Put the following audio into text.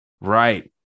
Right